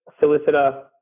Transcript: solicitor